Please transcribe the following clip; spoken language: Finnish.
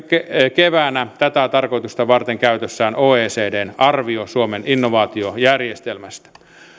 keväänä tätä tarkoitusta varten käytössään oecdn arvio suomen innovaatiojärjestelmästä